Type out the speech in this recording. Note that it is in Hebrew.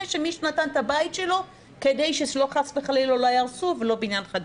שמישהו נתן את הבית שלו כדי שחס וחלילה לא יהרסו ולא בניין חדש.